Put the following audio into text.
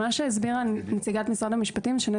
מבחינתי כיועצת משפטית לממשלה העמדה שלנו תמיד הייתה שדרך